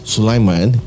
Sulaiman